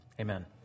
amen